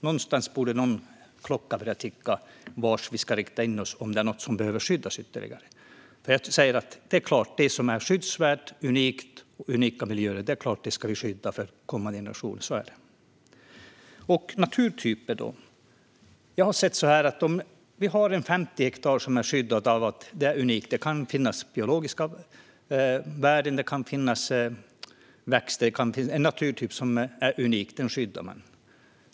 Någonstans borde någon klocka börja ticka. Vad ska vi rikta in oss på om det är något som behöver skyddas ytterligare? Det är klart att vi ska skydda det som är skyddsvärt och unikt - och unika miljöer - med tanke på kommande generationer. Så är det. Sedan kommer jag till naturtyper. Låt oss säga att vi har 50 hektar som är skyddade för att det är något unikt. Det kan finnas biologiska värden. Det kan finnas växter. En naturtyp som är unik skyddar man.